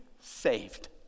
saved